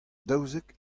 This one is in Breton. daouzek